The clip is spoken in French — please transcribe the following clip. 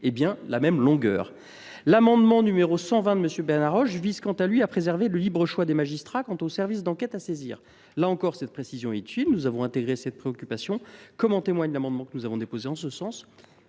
aient bien la même longueur ! L’amendement n° 120 de M. Benarroche vise pour sa part à préserver le libre choix des magistrats quant au service d’enquête à saisir. Là encore, cette précision est utile. Nous avons ainsi intégré cette préoccupation, comme en témoigne l’amendement que nous avons déposé en ce sens à